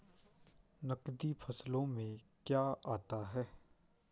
नकदी फसलों में क्या आता है?